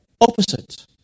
opposite